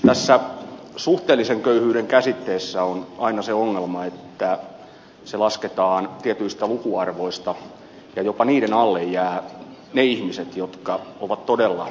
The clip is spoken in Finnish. tässä suhteellisen köyhyyden käsitteessä on aina se ongelma että se lasketaan tietyistä lukuarvoista ja jopa niiden alle jäävät ne ihmiset jotka ovat todella hädänalaisessa tilassa